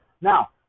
Now